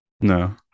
No